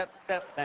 but step,